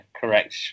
correct